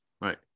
Right